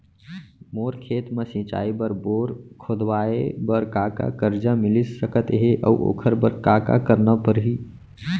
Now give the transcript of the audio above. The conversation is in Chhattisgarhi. मोर खेत म सिंचाई बर बोर खोदवाये बर का का करजा मिलिस सकत हे अऊ ओखर बर का का करना परही?